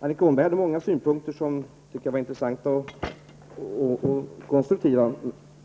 Annika Åhnberg hade i sitt inlägg många synpunkter som jag tycker var intressanta och konstruktiva,